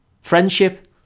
friendship